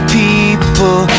people